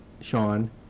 Sean